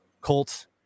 Colt